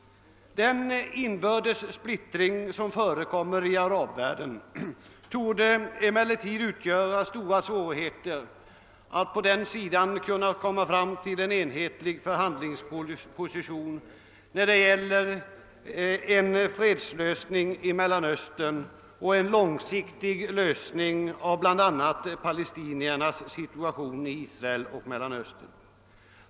Den inbördes splittring som finns i arabvärlden torde emellertid erbjuda stora svårigheter att på den sidan komma fram till en enhetlig förhandlingsposition när det gäller en fredslösning i Mellanöstern och en långsiktig lösning av bl.a. palestiniernas situation i Israel och i Mellanöstern.